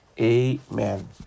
Amen